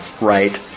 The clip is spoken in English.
right